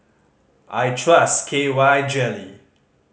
I trust K Y Jelly